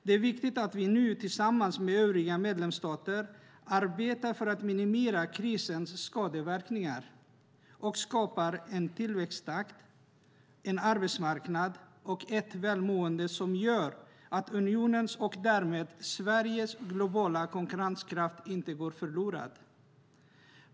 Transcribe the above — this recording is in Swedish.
Det är viktigt att vi nu tillsammans med övriga medlemsstater arbetar för att minimera krisens skadeverkningar och skapar en tillväxttakt, en arbetsmarknad och ett välmående som gör att unionens och därmed Sveriges globala konkurrenskraft inte går förlorad.